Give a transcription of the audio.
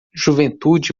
juventude